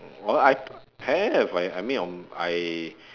orh I thou~ have like I mean on I